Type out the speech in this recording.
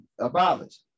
abolished